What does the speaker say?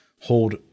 hold